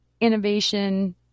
innovation